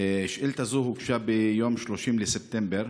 שאילתה זו הוגשה ביום 30 בספטמבר.